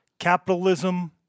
Capitalism